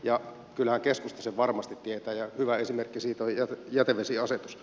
kyllähän keskusta sen varmasti tietää ja hyvä esimerkki siitä on jätevesiasetus